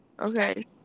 okay